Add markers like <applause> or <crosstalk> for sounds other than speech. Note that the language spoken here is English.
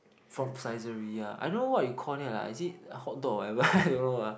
from Saizeriya I don't know what you call them lah is it hot dog or whatever <laughs> I don't know lah